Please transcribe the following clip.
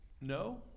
no